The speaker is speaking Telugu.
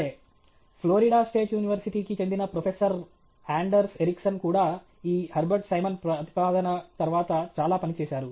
సరే ఫ్లోరిడా స్టేట్ యూనివర్శిటీ కి చెందిన ప్రొఫెసర్ అండర్స్ ఎరిక్సన్ కూడా ఈ హెబర్ట్ సైమన్ ప్రతిపాదన తరువాత చాలా పని చేసారు